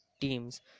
Teams